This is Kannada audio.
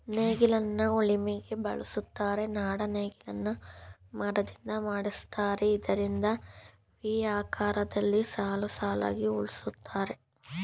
ನೇಗಿಲನ್ನ ಉಳಿಮೆಗೆ ಬಳುಸ್ತರೆ, ನಾಡ ನೇಗಿಲನ್ನ ಮರದಿಂದ ಮಾಡಿರ್ತರೆ ಇದರಿಂದ ವಿ ಆಕಾರದಲ್ಲಿ ಸಾಲುಸಾಲಾಗಿ ಉಳುತ್ತರೆ